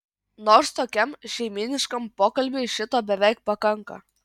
nors tokiam šeimyniškam pokalbiui šito beveik pakanka